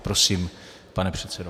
Prosím, pane předsedo.